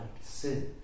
sin